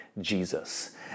Jesus